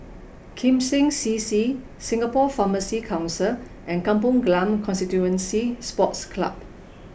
Kim Seng C C Singapore Pharmacy Council and Kampong Glam Constituency Sports Club